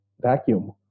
vacuum